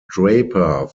draper